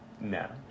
No